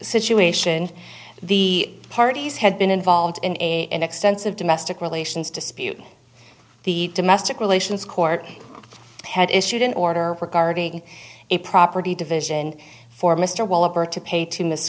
situation the parties have been involved in an extensive domestic relations dispute the domestic relations court had issued an order regarding a property division for mr wollop or to pay to miss